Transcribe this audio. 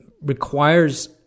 requires